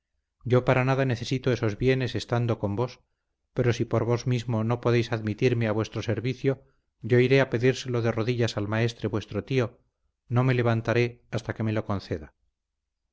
yo para nada necesito esos bienes estando con vos pero si por vos mismo no podéis admitirme a vuestro servicio yo iré a pedírselo de rodillas al maestre vuestro tío no me levantaré hasta que me lo conceda